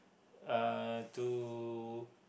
uh to